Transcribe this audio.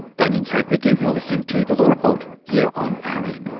damien carrick with you, you're listening to the law report here on ah rn